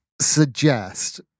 suggest